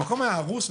המקום היה הרוס,